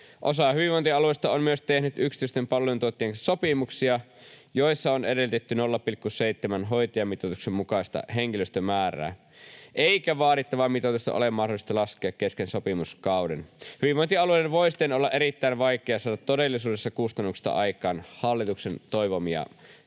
Osa hyvinvointialueista on myös tehnyt yksityisten palveluntuottajien kanssa sopimuksia, joissa on edellytetty 0,7:n hoitajamitoituksen mukaista henkilöstön määrää, eikä vaadittavaa mitoitusta ole mahdollista laskea kesken sopimuskauden. Hyvinvointialueiden voi siten olla todellisuudessa erittäin vaikea saada kustannuksista aikaan hallituksen toivomia säästöjä.